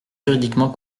juridiquement